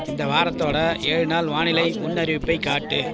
இந்த வாரத்தோட ஏழு நாள் வானிலை முன் அறிவிப்பை காட்டு